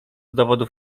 dowodów